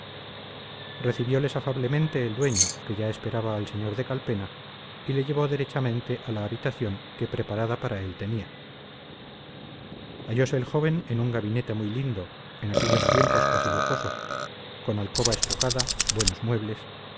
recibioles afablemente el dueño que ya esperaba al señor de calpena y le llevó derechamente a la habitación que preparada para él tenía hallose el joven en un gabinete muy lindo en aquellos tiempos casi lujoso con alcoba estucada buenos muebles